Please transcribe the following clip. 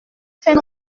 fait